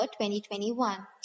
2021